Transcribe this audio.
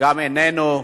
גם איננו.